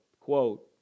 Quote